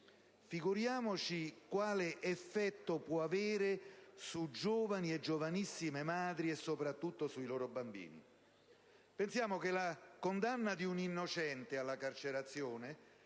Figuriamoci quale effetto può avere su giovani e giovanissime madri, e soprattutto sui loro bambini. Pensiamo che la condanna di un innocente alla carcerazione